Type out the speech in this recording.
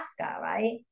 right